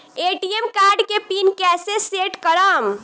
ATM card के PIN कैसे set करम?